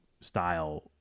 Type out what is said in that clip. style